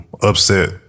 upset